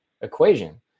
equation